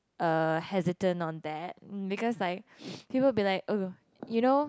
uh hesitant on that mm because like people will be like uh you know